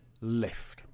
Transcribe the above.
lift